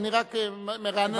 אני רק מרענן את זיכרונך.